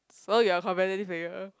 so you are competitive with her